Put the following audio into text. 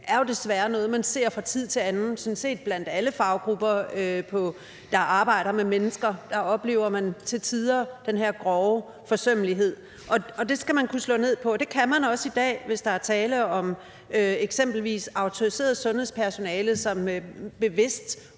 er jo desværre noget, som man ser fra tid til anden og sådan set blandt alle faggrupper, der arbejder med mennesker. Der oplever man til tider den her grove forsømmelighed, og det skal man kunne slå ned på, og det kan man også i dag, hvis der eksempelvis er tale om autoriseret sundhedspersonale, som bevidst